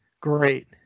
great